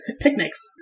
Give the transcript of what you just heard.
picnics